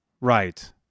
Right